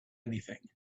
anything